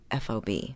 FOB